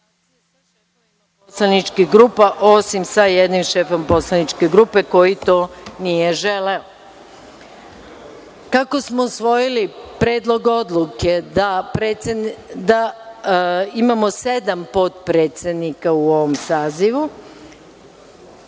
poslaničkih grupa, osim sa jednim šefom poslaničke grupe koji to nije želeo. Kako smo usvojili Predlog odluke da imamo sedam potpredsednika u ovom